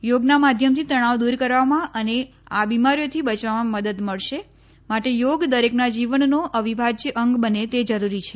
યોગના માધ્યમથી તણાવ દૂર કરવામાં અને આ બીમારીઓથી બચવામાં મદદ મળશે માટે યોગ દરેકના જીવનનો અવિભાજ્ય અંગ બને તે જરૂરી છે